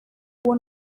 uwo